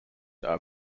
are